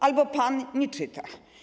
albo pan nie czyta.